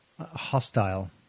hostile